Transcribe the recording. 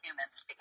humans